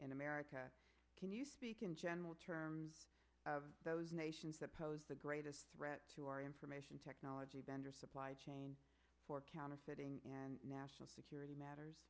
in america can you speak in general terms of those nations that pose the greatest threat to our information technology vendor supply chain for counterfeiting and national